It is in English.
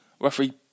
Referee